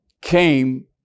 came